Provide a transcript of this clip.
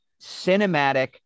cinematic